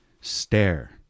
stare